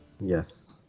Yes